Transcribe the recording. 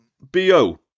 BO